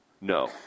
No